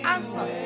Answer